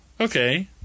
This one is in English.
Okay